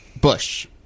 bush